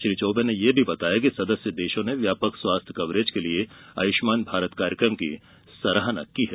श्री चौबे ने ये भी बताया कि सदस्य देशों ने व्यापक स्वास्थ कवरेज़ के लिए आयुष्मान भारत कार्यक्रम की सराहना की है